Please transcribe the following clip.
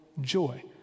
joy